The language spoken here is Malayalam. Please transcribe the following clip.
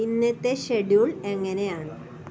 ഇന്നത്തെ ഷെഡ്യൂൾ എങ്ങനെയാണ്